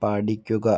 പഠിക്കുക